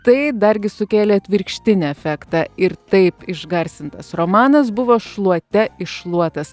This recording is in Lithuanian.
tai dargi sukėlė atvirkštinį efektą ir taip išgarsintas romanas buvo šluote iššluotas